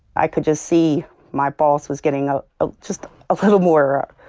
i could just see my boss was getting ah ah just a little more